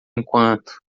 enquanto